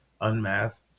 unmasked